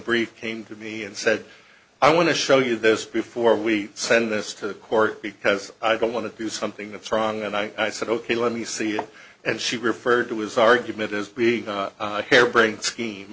brief came to me and said i want to show you this before we send this to the court because i don't want to do something that's wrong and i said ok let me see and she referred to his argument is we a hair brained scheme